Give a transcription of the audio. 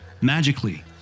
Magically